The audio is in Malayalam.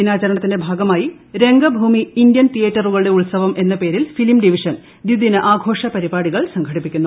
ദിനാചരണത്തിന്റെ ഭാഗമായി രംഗഭൂമി ഇന്ത്യൻ തിയേറ്ററുകളുടെ ഉത്സവം എന്ന പേരിൽ ഫിലിം ഡിവിഷൻ ദിദിന് ആഘോഷ പരിപാടികൾ സംഘടിപ്പിക്കുന്നു